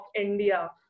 India